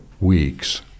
weeks